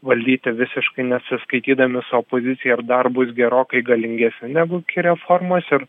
valdyti visiškai nesiskaitydami su opozicija ir dar bus gerokai galingesni negu iki reformos ir